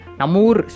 namur